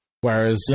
Whereas